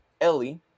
ellie